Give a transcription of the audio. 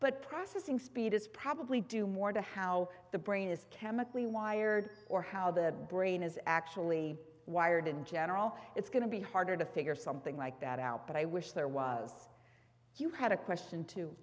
but processing speed is probably due more to how the brain is chemically wired or how the brain is actually wired in general it's going to be harder to figure something like that out but i wish there was you had a question to